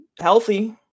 healthy